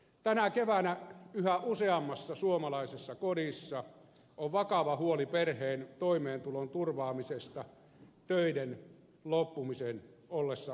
tänä keväänä yhä useammassa suomalaisessa kodissa on vakava huoli perheen toimeentulon turvaamisesta töiden loppumisen ollessa uhkana